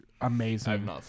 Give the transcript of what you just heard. amazing